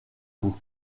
bout